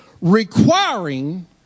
requiring